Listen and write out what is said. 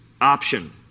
option